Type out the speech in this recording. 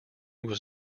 was